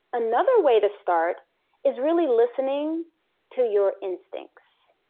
another way to start is really listening to your instincts.